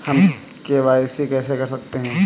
हम के.वाई.सी कैसे कर सकते हैं?